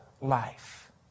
life